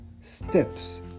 steps